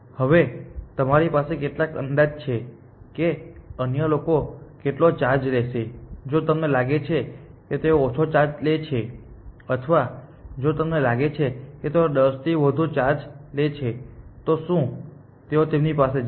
હવે તમારી પાસે કેટલાક અંદાજ છે કે અન્ય લોકો કેટલો ચાર્જ લેશે જો તમને લાગે છે કે તેઓ ઓછો ચાર્જ લે છે અથવા જો તમને લાગે છે કે તેઓ ૧૦ થી વધુ ચાર્જ લે છે તો શું તેઓ તેમની પાસે જશે